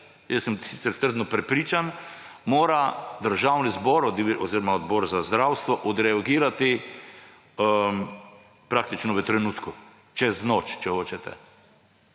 jaz sem sicer trdno prepričan, da mora Državni zbor oziroma Odbor za zdravstvo odreagirati praktično v trenutku, čez noč, če hočete.